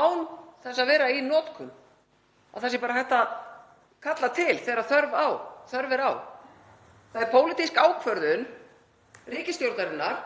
án þess að vera í notkun, sem hægt er að kalla til þegar þörf er á? Það er pólitísk ákvörðun ríkisstjórnarinnar